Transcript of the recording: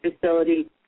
facility